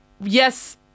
yes